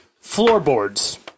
floorboards